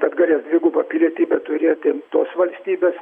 kad galės dvigubą pilietybę turėti tos valstybės